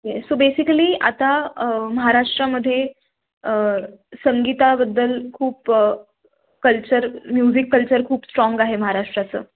okay so basically आता महाराष्ट्रामध्ये संगीताबद्दल खूप कल्चर म्युझिक कल्चर खूप स्ट्राँग आहे महाराष्ट्राचं